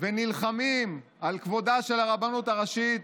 ונלחמים על כבודה של הרבנות הראשית,